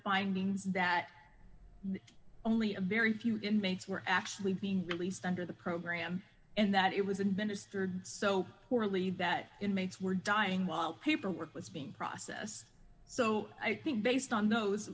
findings that only a very few inmates were actually being released under the program and that it was administered so poorly that inmates were dying while paperwork was being process so i think based on those